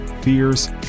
fears